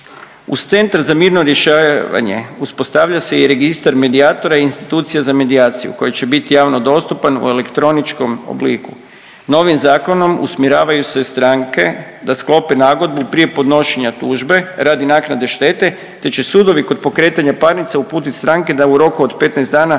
Uz Centar za mirno rješavanje uspostavlja se i registar medijatora i institucija za medijaciju koji će biti javno dostupan u elektroničkom obliku. Novim zakonom usmjeravaju se stranke da sklope nagodbu prije podnošenja tužbe radi naknade štete, te će sudovi kod pokretanja parnice uputiti stranke da u roku od 15 dana